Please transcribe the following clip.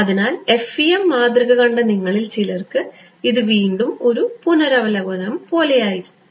അതിനാൽ FEM മാതൃക കണ്ട നിങ്ങളിൽ ചിലർക്ക് ഇത് വീണ്ടും ഒരു പുനരവലോകനം പോലെയാകും